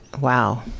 Wow